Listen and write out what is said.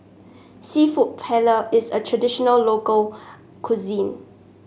seafood Paella is a traditional local cuisine